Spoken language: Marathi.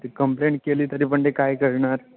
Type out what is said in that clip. ती कंप्लेंट केली तरी पण ते काय करणार